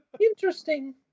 Interesting